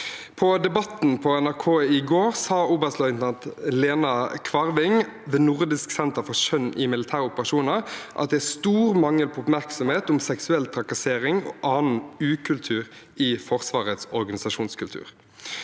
På debatten i NRK i går sa oberstløytnant Lena Kvarving ved Nordisk senter for kjønn i militære operasjoner at det er stor mangel på oppmerksomhet om seksuell trakassering og annen ukultur i Forsvarets organisasjoner.